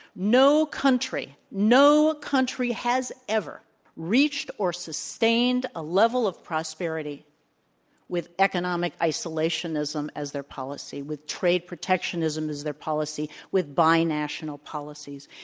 no country, no country has ever reached or sustained a level of prosperity with economic isolationism as their policy, with trade protectionism as their policy, with buy national policies.